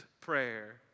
prayer